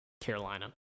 Carolina